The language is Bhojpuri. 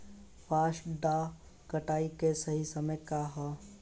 सॉफ्ट डॉ कटाई के सही समय का ह?